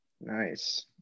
Nice